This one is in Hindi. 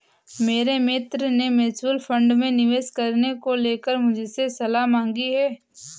मेरे मित्र ने म्यूच्यूअल फंड में निवेश करने को लेकर मुझसे सलाह मांगी है